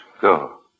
Go